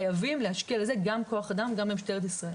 חייבים להשקיע בזה כוח-אדם גם במשטרת ישראל.